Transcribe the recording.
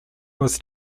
was